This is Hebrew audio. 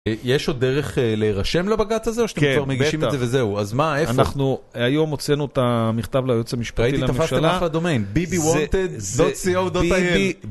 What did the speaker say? יש עוד דרך להירשם לבג"ץ הזה או שאתם כבר מגישים את זה וזהו. כן, בטח. אז מה, איפה? אנחנו היום הוצאנו את המכתב ליועץ המשפטי לממשלה. ראיתי תפסתם אחלה דומיין bbwanted.co.il